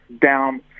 down